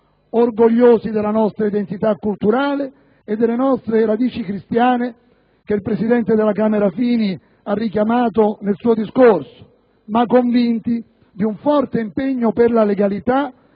orgogliosi della nostra identità culturale e delle nostre radici cristiane, che il presidente della Camera Fini ha richiamato nel suo discorso, ma convinti di un forte impegno per la legalità